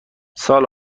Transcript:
سال